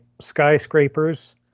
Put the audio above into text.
skyscrapers